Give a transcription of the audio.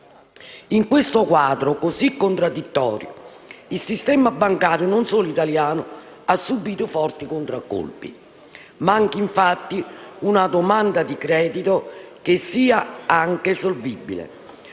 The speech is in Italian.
In un quadro così contraddittorio, il sistema bancario, non solo italiano, ha subito forti contraccolpi. Manca, infatti, una domanda di credito che sia, anche, solvibile,